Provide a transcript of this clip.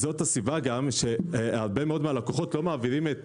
זאת הסיבה לכך שהרבה מאוד מהלקוחות לא מעבירים את